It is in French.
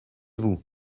vous